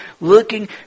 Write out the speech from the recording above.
looking